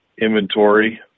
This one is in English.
inventory